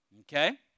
Okay